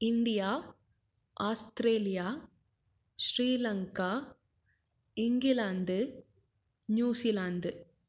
India Australia Sri Lanka England New Zealand